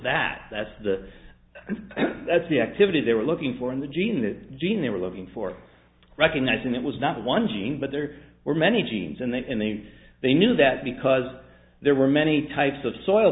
that that's the that's the activity they were looking for in the gene that gene they were looking for recognizing it was not one gene but there were many genes and they and they they knew that because there were many types of soil